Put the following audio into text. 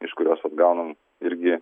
iš kurios vat gaunam irgi